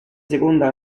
seconda